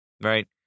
right